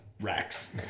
racks